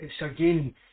again